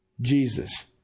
Jesus